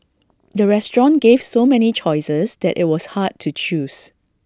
the restaurant gave so many choices that IT was hard to choose